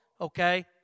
okay